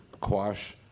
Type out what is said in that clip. quash